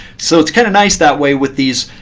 so it's kind of nice that way with these